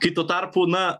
kai tuo tarpu na